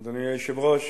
אדוני היושב-ראש,